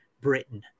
Britain